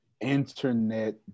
internet